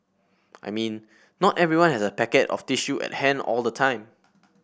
I mean not everyone has a packet of tissue at hand all the time